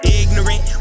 ignorant